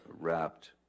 wrapped